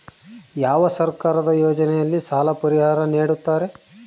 ಯಾವ ಸರ್ಕಾರದ ಯೋಜನೆಯಲ್ಲಿ ಸಾಲ ಪರಿಹಾರ ನೇಡುತ್ತಾರೆ?